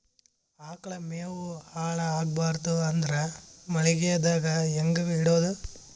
ಆಕಳ ಮೆವೊ ಹಾಳ ಆಗಬಾರದು ಅಂದ್ರ ಮಳಿಗೆದಾಗ ಹೆಂಗ ಇಡೊದೊ?